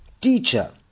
teacher